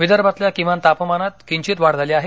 विदर्भातील किमान तापमानात किंचित वाढ झाली आहे